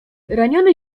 raniony